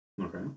Okay